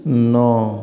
नौ